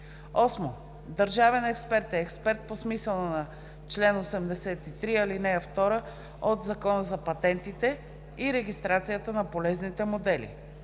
8. „Държавен експерт“ е експерт по смисъла на чл. 83, ал. 2 от Закона за патентите и регистрацията на полезните модели.